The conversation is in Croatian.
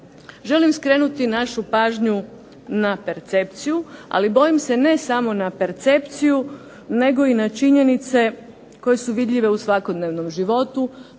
Želim skrenuti našu pažnju na percepciju, ali bojim se ne samo na percepciju nego i na činjenice koje su vidljive u svakodnevnom životu,